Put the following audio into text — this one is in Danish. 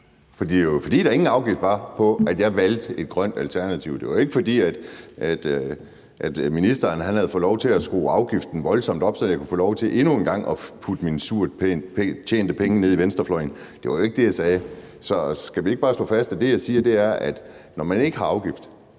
fordi der ingen afgift var på det, at jeg valgte et grønt alternativ. Det var jo ikke, fordi ministeren havde fået lov til at skrue afgiften voldsomt op, så jeg kunne få lov til endnu en gang at putte mine surt tjente penge ned i venstrefløjen. Det var jo ikke det, jeg sagde. Så skal vi ikke bare slå fast, at det, jeg siger, er, at når man ikke har en afgift,